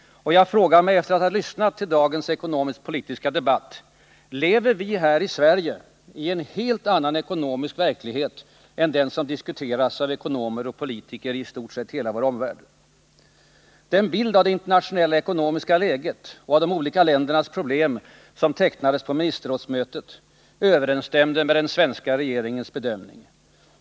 Efter att ha lyssnat till dagens ekonomisk-politiska debatt frågar jag mig: Lever vi här i Sverige i en helt annan ekonomisk verklighet än den som diskuteras av ekonomer och politiker från i stort sett hela vår omvärld? Den bild av det internationella ekonomiska läget och av de olika ländernas problem som tecknades på ministerrådsmötet överensstämde med den svenska regeringens bedömning.